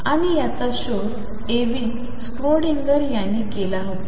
आणि याचाच शोध एर्विन स्क्रोडिंगर यांनी केला होता